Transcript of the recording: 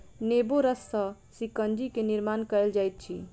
नेबो रस सॅ शिकंजी के निर्माण कयल जाइत अछि